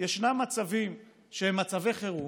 שישנם מצבים שהם מצבי חירום,